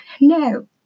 No